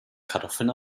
kartoffeln